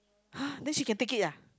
!huh! then she can take it ah